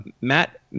Matt